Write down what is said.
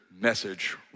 message